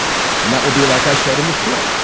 and that will be, like i said in the spiel.